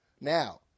Now